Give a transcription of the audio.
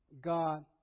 God